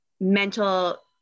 mental